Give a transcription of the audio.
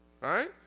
right